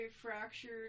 fractured